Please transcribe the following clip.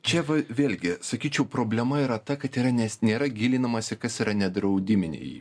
čia va vėlgi sakyčiau problema yra ta kad yra nes nėra gilinamasi kas yra nedraudiminiai